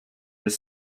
with